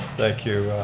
thank you,